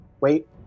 Wait